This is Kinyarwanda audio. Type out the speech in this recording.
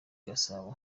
gasabo